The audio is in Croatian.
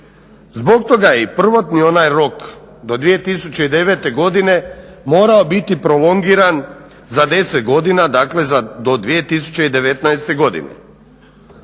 Zbog toga je i prvotni onaj rok do 2009. godine morao biti prolongiran za 10 godina, dakle do 2019. godine.